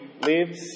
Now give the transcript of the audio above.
lives